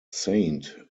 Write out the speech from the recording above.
saint